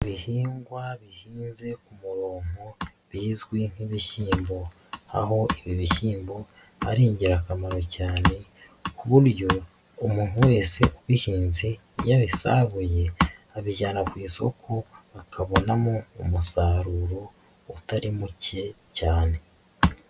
Ibihingwa bihinze ku murongo bizwi nk'ibishyimbo aho ibi bishyimbo ari ingirakamaro cyane ku buryo umuntu wese ubihinze iyo abisaruye abijyana ku isoko akabonamo umusaruro utari muke cyane.